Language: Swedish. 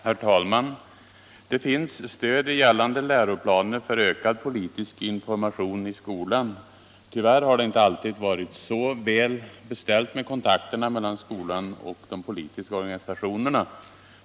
Herr talman! Det finns stöd i gällande läroplaner för ökad politisk information i skolan. Tyvärr har det inte alltid varit så väl beställt med kontakterna mellan skolan och de politiska organisationerna.